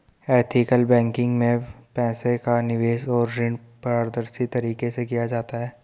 ethical banking में पैसे का निवेश और ऋण पारदर्शी तरीके से किया जाता है